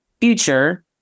future